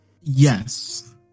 Yes